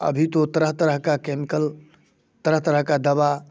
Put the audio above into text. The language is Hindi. अभी तो तरह तरह का केमिकल तरह तरह का दवा